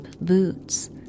boots